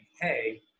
hey